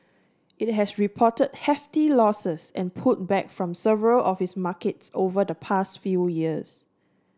it has reported hefty losses and pulled back from several of its markets over the past few years